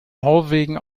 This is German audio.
norwegen